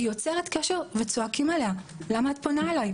היא יוצרת קשר וצועקים עליה: למה את פונה אליי?